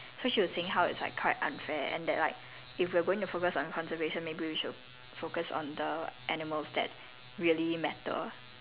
so she was saying how it's like quite unfair and that like if we are going to focus on conservation maybe we should focus on the animals that really matter